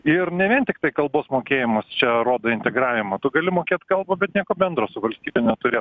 ir ne vien tiktai kalbos mokėjimas čia rodo integravimą tu gali mokėt kalbą bet nieko bendro su valstybe neturėt